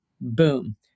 boom